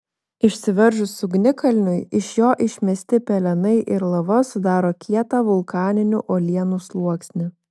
išsiveržus ugnikalniui iš jo išmesti pelenai ir lava sudaro kietą vulkaninių uolienų sluoksnį